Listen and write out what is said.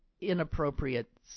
inappropriate